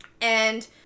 and-